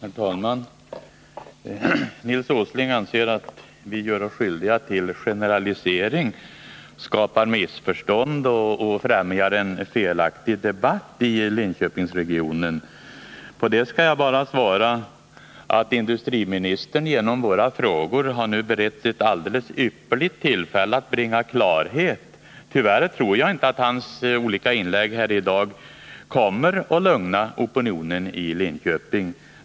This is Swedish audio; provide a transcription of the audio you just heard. Herr talman! Nils Åsling anser att vi gör oss skyldiga till generaliseringar, skapar missförstånd och främjar en felaktig debatt i Linköpingsregionen. På det skall jag bara svara att industriministern genom våra frågor nu har beretts ett alldeles ypperligt tillfälle att bringa klarhet i det hela. Tyvärr tror jag emellertid inte att hans olika inlägg här i dag kommer att lugna opinionen i Linköping.